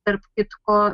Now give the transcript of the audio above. tarp kitko